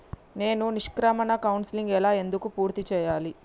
నేను నిష్క్రమణ కౌన్సెలింగ్ ఎలా ఎందుకు పూర్తి చేయాలి?